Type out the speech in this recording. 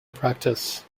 practice